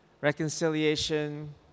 reconciliation